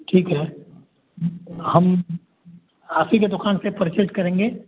ठीक है हम आप ही की दुकान से पर्चेज करेंगे